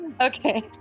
Okay